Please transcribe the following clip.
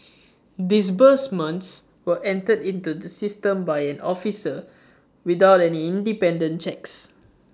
disbursements were entered into the system by an officer without any independent checks